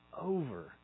over